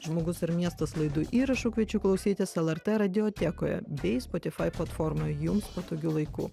žmogus ir miestas laidų įrašų kviečiu klausytis lrt radiotekoje bei spotify platformoj jums patogiu laiku